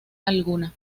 alguna